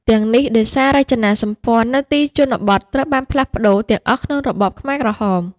ទាំងនេះដោយសាររចនាសម្ព័ន្ធនៅទីជនបទត្រូវបានផ្លាស់ប្តូរទាំងអស់ក្នុងរបបខ្មែរក្រហម។